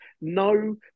No